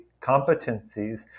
competencies